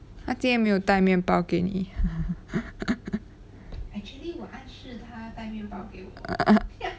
他今天没有带面包给你啊